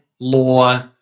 law